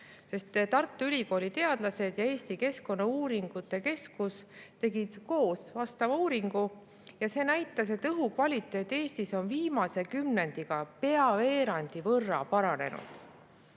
Tartu Ülikooli teadlased ja Eesti Keskkonnauuringute Keskus tegid koos uuringu ja see näitas, et õhu kvaliteet Eestis on viimase kümnendiga pea veerandi võrra paranenud.